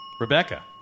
Rebecca